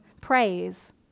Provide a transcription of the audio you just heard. praise